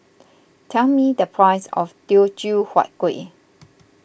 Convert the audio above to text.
tell me the price of Teochew Huat Kueh